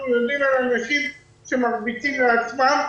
אנחנו יודעים על אנשים שמרביצים לעצמם,